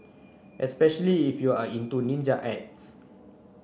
especially if you are into ninja arts